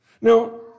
Now